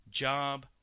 job